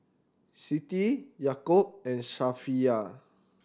Siti Yaakob and Safiya